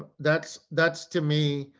that's, that's, to me,